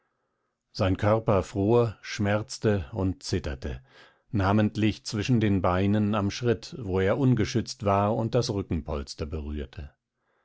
sein körper fror schmerzte und zitterte namentlich zwischen den beinen am schritt wo er ungeschützt war und das rückenpolster berührte